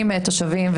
עם תושבים,